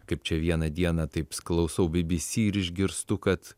kaip čia vieną dieną taip klausau bbc ir išgirstu kad